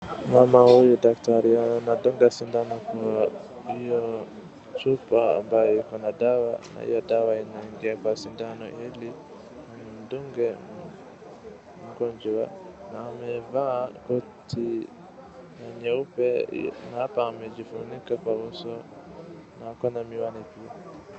Mama huyu daktari anadnga sindano chupa hiyo ikona dawa na hiyo dawa inaingia kwa sindano ili amdunge mgonjwa na amevaa koti ya nyeupe na hapo amejifunika kwa uso na akona miwani pia.